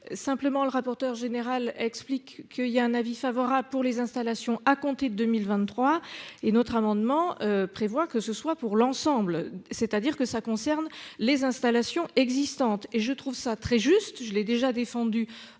Simplement, le rapporteur général explique que il y a un avis favorable pour les installations à compter de 2023 et notre amendement prévoit que ce soit pour l'ensemble. C'est-à-dire que ça concerne les installations existantes et je trouve ça très juste, je l'ai déjà défendu.